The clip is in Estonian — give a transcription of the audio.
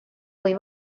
või